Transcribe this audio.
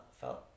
felt